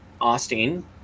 Austin